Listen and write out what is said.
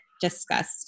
discussed